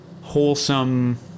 wholesome